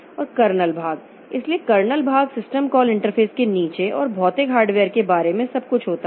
और कर्नेल भाग इसलिए कर्नेल भाग सिस्टम कॉल इंटरफ़ेस के नीचे और भौतिक हार्डवेयर के बारे में सब कुछ होता है